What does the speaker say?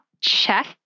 check